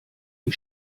die